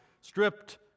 stripped